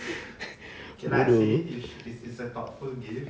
bodoh